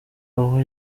aho